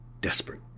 Desperate